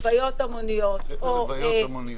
לוויות המוניות -- איפה לוויות המוניות?